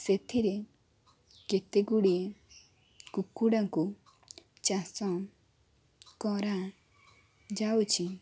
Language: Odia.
ସେଥିରେ କେତେଗୁଡ଼ିଏ କୁକୁଡ଼ାଙ୍କୁ ଚାଷ କରାଯାଉଛି